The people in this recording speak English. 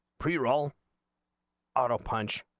prior old ah bottle punch